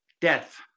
death